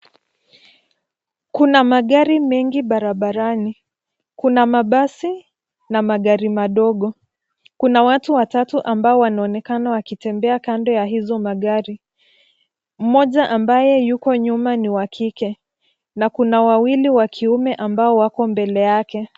Kuna magari mengi barabarani. Kuna mabasi na magari madogo. Kuna watu watatu ambao wanonekana wakitembea kando ya hizo magari. Mmoja ambaye yuko nyuma ni wa kike na kuna wawili wakiume ambao wako mbele yake.